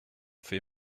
fait